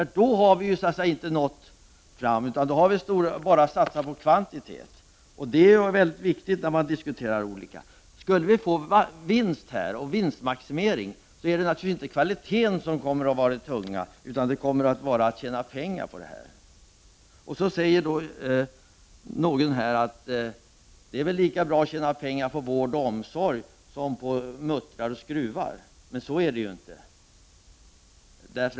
Då har vi inte nått fram, utan bara satsat på kvantitet. Detta är mycket viktigt när man diskuterar olika alternativ. Blir det vinst och vinstmaximering är det naturligtvis inte kvaliteten som kommer att väga tungt utan möjligheten att tjäna pengar. Några säger då här att det är väl lika bra att tjäna pengar på vård och omsorg som på muttrar och skruvar. Men så är det ju inte.